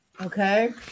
Okay